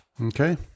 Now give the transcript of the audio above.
okay